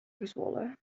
gezwollen